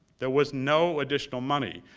there was no additional money.